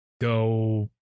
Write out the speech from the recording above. go